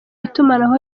itumanaho